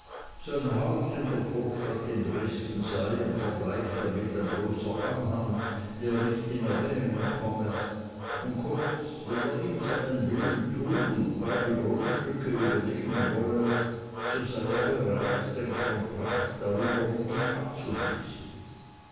haus in der vorstadt in dresden sei in vergleich damit ein bloßer anhang der nicht in erwägung komme und kurz wenn er ihm seinen willen tun und beide grundstücke übernehmen wolle so sei er bereit den kontrakt darüber mit ihm abzuschließen